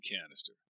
canister